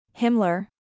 Himmler